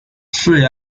饰演